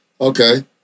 okay